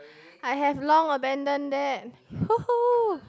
I have long abandon that !woohoo!